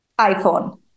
iphone